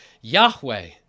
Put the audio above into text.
Yahweh